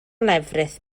lefrith